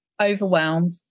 overwhelmed